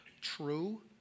true